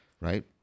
right